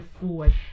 forward